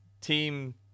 Team